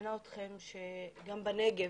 מזמינה אתכם לדאוג שגם בנגב